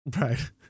Right